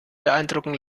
beeindrucken